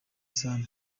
sana